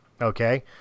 Okay